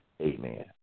Amen